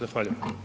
Zahvaljujem.